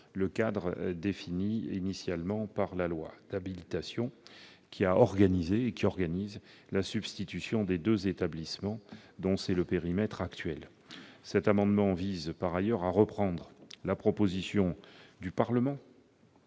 le cadre défini initialement par la loi d'habilitation qui organise la substitution des deux établissements dont c'est le périmètre actuel. Cet amendement vise par ailleurs à reprendre la proposition du Parlement